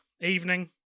evening